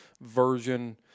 version